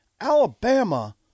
Alabama